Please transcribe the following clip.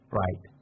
right